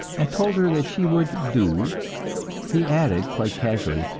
and told her that she would do he added, quite casually,